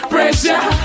Pressure